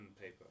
paper